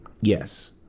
Yes